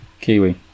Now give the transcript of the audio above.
kiwi